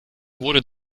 wurde